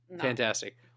fantastic